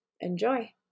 Enjoy